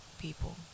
people